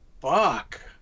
fuck